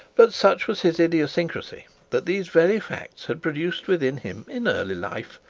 but such was his idiosyncrasy, that these very facts had produced within him, in early life,